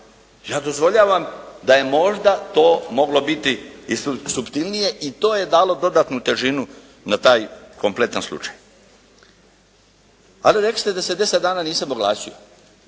Ja dozvoljavam da je možda to moglo biti i suptilnije i to je dalo dodatnu težinu na taj kompletan slučaj. Ali recite da se deset dana nisam oglasio,